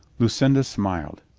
lucinda smiled.